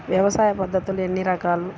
వ్యవసాయ పద్ధతులు ఎన్ని రకాలు?